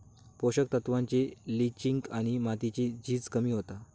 पोषक तत्त्वांची लिंचिंग आणि मातीची झीज कमी होता